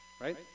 Right